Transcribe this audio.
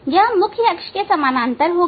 यह मुख्य अक्ष के समानांतर होगी